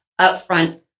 upfront